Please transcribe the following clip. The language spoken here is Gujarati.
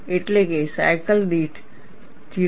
એટલે કે સાયકલ દીઠ 0